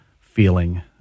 feeling